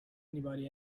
anybody